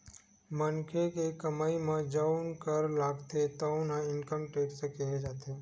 मनखे के कमई म जउन कर लागथे तउन ल इनकम टेक्स केहे जाथे